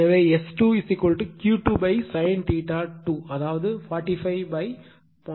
எனவே S 2 q 2 sin 2 அதாவது 45 0